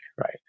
right